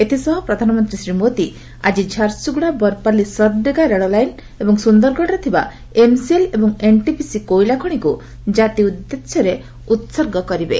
ଏଥିସହ ପ୍ରଧାନମନ୍ତ୍ରୀ ଶ୍ରୀ ମୋଦି ଆଜି ଝାରସୁଗୁଡା ବରପାଲି ସରଡେଗା ରେଳଲାଇନ୍ ଏବଂ ସୁନ୍ଦରଗଡରେ ଥିବା ଏମସିଏଲ ଏବଂ ଏନଟିପିସିର କୋଇଲା ଖଣିକୁ ଜାତି ଉଦ୍ଦେଶ୍ୟରେ ଉତ୍ସର୍ଗ କରିବେ